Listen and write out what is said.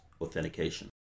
authentication